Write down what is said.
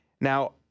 Now